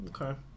Okay